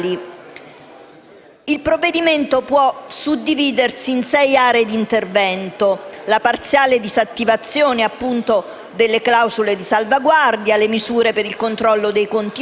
Il provvedimento può suddividersi in sei aree di intervento: la parziale disattivazione delle clausole di salvaguardia; le misure per il controllo dei conti pubblici;